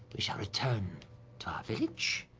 we shall return to our village.